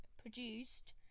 produced